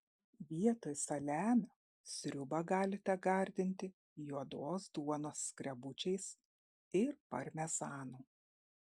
vietoj saliamio sriubą galite gardinti juodos duonos skrebučiais ir parmezanu